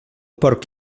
porc